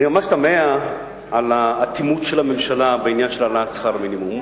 אני ממש תמה על האטימות של הממשלה בעניין של העלאת שכר המינימום